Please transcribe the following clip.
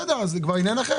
זה כבר עניין אחר,